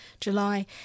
July